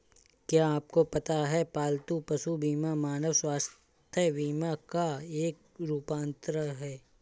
क्या आपको पता है पालतू पशु बीमा मानव स्वास्थ्य बीमा का एक रूपांतर है?